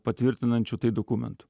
patvirtinančių dokumentų